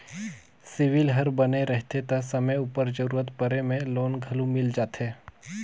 CIBIL हर बने रहथे ता समे उपर जरूरत परे में लोन घलो मिल जाथे